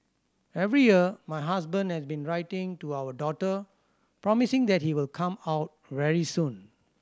every year my husband has been writing to our daughter promising that he will come out very soon